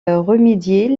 remédier